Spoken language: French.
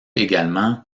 également